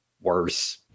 worse